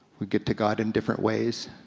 we get to god in different ways.